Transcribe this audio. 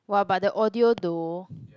!wah! but the audio though